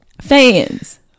fans